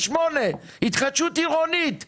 רמ"י אחראים על הפיתוח הזה.